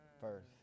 first